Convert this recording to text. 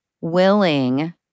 willing